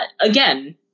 again